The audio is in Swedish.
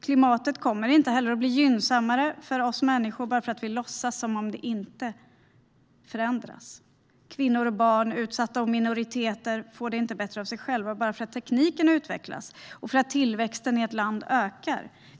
Klimatet kommer inte att bli gynnsammare för oss människor bara för att vi låtsas som att det inte förändras. Kvinnor, barn och utsatta minoriteter får det inte bättre bara för att tekniken utvecklas och för att tillväxten i ett land ökar.